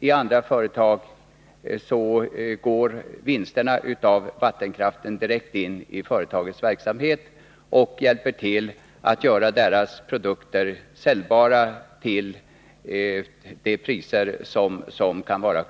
I andra företag går vinsterna från vattenkraften direkt till företagets verksamhet och hjälper till att göra produkterna säljbara genom